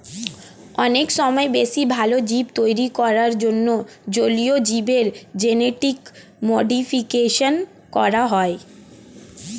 অনেক সময় বেশি ভালো জীব তৈরী করার জন্যে জলীয় জীবের জেনেটিক মডিফিকেশন করা হয়